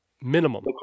minimum